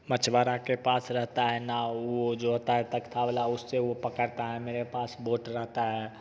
मछुआरा के पास रहता है नाव उ वो जो होता है तख्ता वाला उससे वो पकड़ता है मेरे पास बोट रहता है